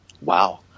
Wow